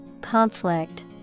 conflict